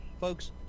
Folks